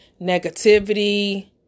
negativity